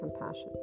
compassion